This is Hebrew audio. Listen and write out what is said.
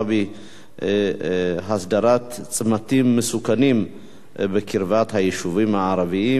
בנושא: הסדרת צמתים מסוכנים בקרבת היישובים הערביים,